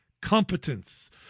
competence